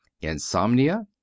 insomnia